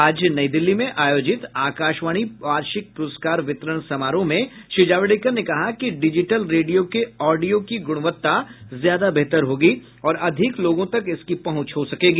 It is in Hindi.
आज नई दिल्ली में आयोजित आकाशवाणी वार्षिक प्रस्कार वितरण समारोह में श्री जावड़ेकर ने कहा कि डिजिटल रेडियो के ऑडियो की गुणवत्ता ज्यादा बेहतर होगी और अधिक लोगों तक इसकी पहुंच हो सकेगी